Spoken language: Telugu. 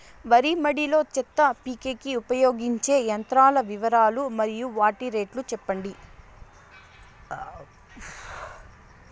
వరి మడి లో చెత్త పీకేకి ఉపయోగించే యంత్రాల వివరాలు మరియు వాటి రేట్లు చెప్పండి?